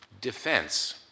defense